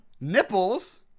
Nipples